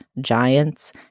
Giants